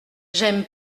j’aime